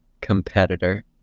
competitor